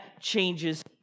changes